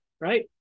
right